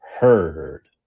Heard